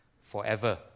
forever